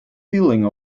feelings